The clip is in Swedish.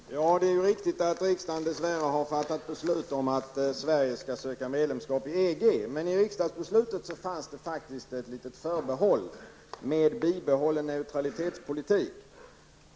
Herr talman! Det är riktigt att riksdagen dessa värre har fattat beslut om att Sverige skall söka medlemskap i EG. Men i riksdagsbeslutet fanns det faktiskt ett litet förbehåll om bibehållen neutralitetspolitik.